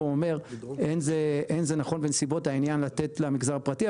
אומר שאין זה נכון בנסיבות העניין לתת למגזר הפרטי,